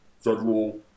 federal